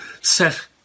set